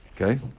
Okay